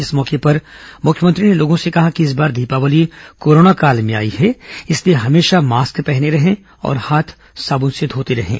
इस अवसर पर मुख्यमंत्री ने लोगों से कहा कि इस बार दीपावली कोरोना काल में आई है इसलिए हमेशा मास्क पहने रहें और हाथ साबुन से धोते रहें